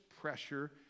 pressure